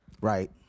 Right